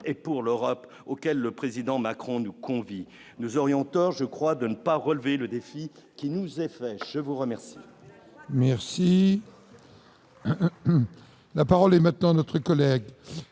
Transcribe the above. et pour l'Europe, auquel le président Macron nous convie, nous aurions tort, je crois, de ne pas relever le défi qui nous est fait, je vous remercie. Merci, la parole est maintenant notre collègue